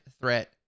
threat